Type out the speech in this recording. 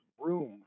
room